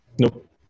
Nope